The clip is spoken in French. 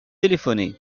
téléphoner